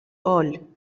all